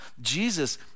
Jesus